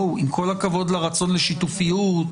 עם כל הכבוד לרצון לשיתופיות.